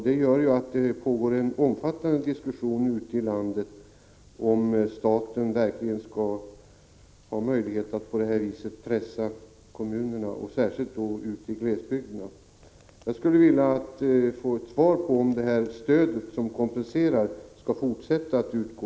Det gör att det pågår en omfattande diskussion ute i landet om huruvida staten verkligen skall kunna få pressa kommunerna på detta sätt, särskilt kommunerna ute i glesbygderna. Jag skulle vilja ha ett besked om huruvida det kompenserande stödet skall fortsätta att utgå.